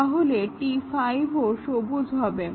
তাহলে T5 ও সবুজ হবে